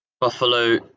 Buffalo